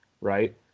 right